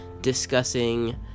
discussing